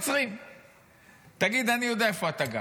מילא הייתם עוצרים.